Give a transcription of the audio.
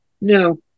No